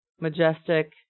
majestic